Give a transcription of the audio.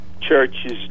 churches